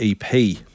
EP